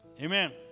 Amen